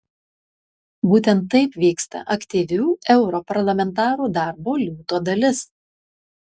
būtent taip vyksta aktyvių europarlamentarų darbo liūto dalis